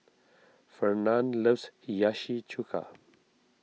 Fernand loves Hiyashi Chuka